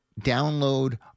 download